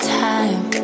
time